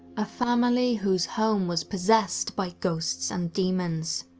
a family whose home was possessed by ghosts and demons.